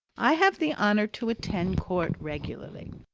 i have the honour to attend court regularly.